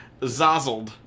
zazzled